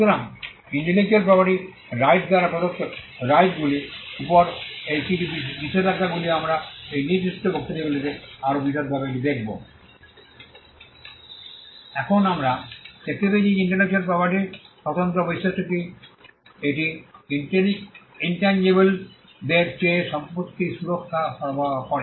সুতরাং intellectual property rights দ্বারা প্রদত্ত রাইটগুলির উপর এই কিছু নিষেধাজ্ঞাগুলি আমরা এই নির্দিষ্ট বক্তৃতাগুলিতে আরও বিশদভাবে এটি দেখব এখন আমরা দেখতে পেয়েছি যে ইন্টেলেকচুয়াল প্রপার্টির স্বতন্ত্র বৈশিষ্ট্যটি এটি ইন্ট্যাঞ্জিবলেদের চেয়ে সম্পত্তি সুরক্ষা সরবরাহ করে